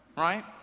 Right